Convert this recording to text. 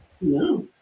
No